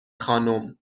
خانم